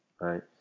right